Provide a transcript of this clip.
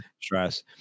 stress